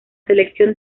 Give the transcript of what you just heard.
selección